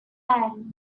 and